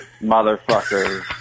motherfucker